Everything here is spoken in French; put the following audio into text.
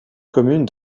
commune